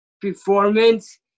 performance